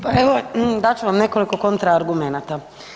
Pa evo dat ću vam nekoliko kontra argumenata.